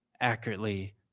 accurately